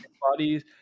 bodies